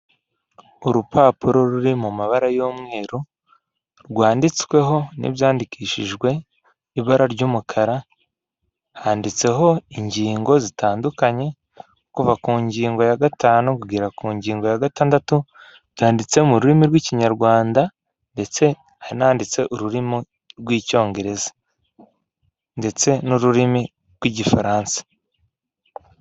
Urupapuro ruri mu mabara y'umweru rwanditsweho n'ibyandikishijwe ibara ry'umukara handitseho ingingo zitandukanye, kuva ku ngingo ya gatanu kugera ku ngingo ya gatandatu byanditse mu rurimi rw'Ikinyarwanda, ndetse hari n'ahanditse ururimi rw'Icyongereza , ndetse n'ururimi rw'Igifaransa.